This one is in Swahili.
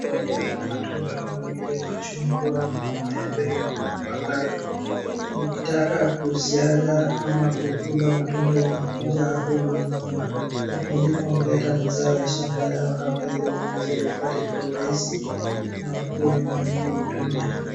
Soko ya matunda kama vile machungwa na maembe na ovacado. Ukitaka kusiaga ama kukula matunda unakuja hapa unanunua. Wakulima wanaleta mazao ya shamba yao hapa ili wanunuzi waipate kwa urahisi na wakue ni wenye kuitumia.